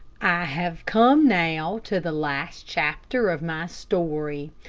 i have come now to the last chapter of my story.